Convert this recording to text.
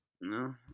No